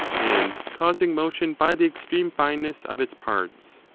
and causing motion by the extreme fineness of its parts.